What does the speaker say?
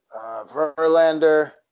Verlander